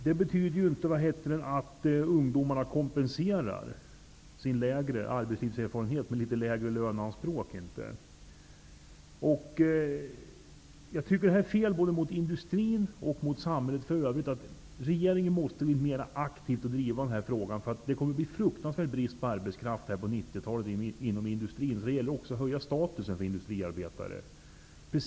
Det betyder inte att ungdomarna kompenserar sin kortare arbetslivserfarenhet med lägre löneanspråk. Jag tycker att detta är fel, både mot industrin och mot samhället i övrigt. Regeringen måste därför mer aktivt driva denna fråga, eftersom det kommer att bli en enorm brist på arbetskraft inom industrin under 90-talet. Det gäller därför att även höja statusen för industriarbetare.